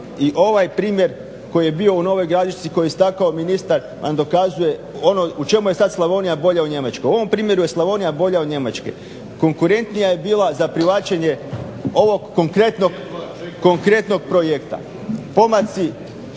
i ovaj primjer koji je bio u Novoj gradišci, koji je istakao ministar nam dokazuje ono u čemu je sad Slavonija bolja od Njemačke. U ovom primjeru je Slavonija bolja od Njemačke, konkurentnija je bila za privlačenje ovog konkretnog projekta.